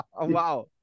Wow